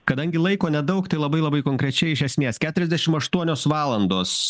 kadangi laiko nedaug tai labai labai konkrečiai iš esmės keturiasdešim aštuonios valandos